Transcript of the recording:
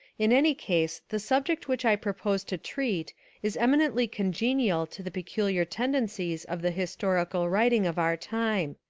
in any case the subject which i propose to treat is eminently congenial to the peculiar tendencies of the historical writing of our time.